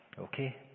Okay